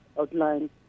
outlined